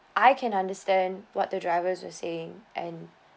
I can understand what the drivers were saying and